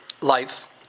Life